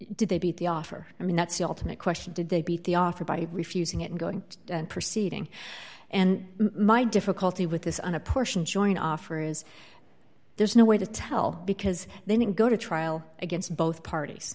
did they beat the offer i mean that's the ultimate question did they beat the offer by refusing it and going to proceeding and my difficulty with this on a portion joining offer is there's no way to tell because they didn't go to trial against both parties